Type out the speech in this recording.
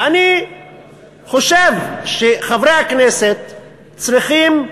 ואני חושב שחברי הכנסת צריכים,